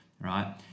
right